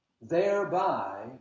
Thereby